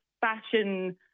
fashion